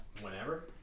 whenever